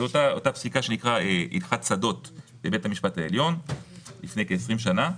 זאת אותה פסיקה שנקראת "הלכת שדות" בבית המשפט העליון לפני כ-20 שנה.